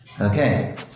Okay